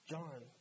John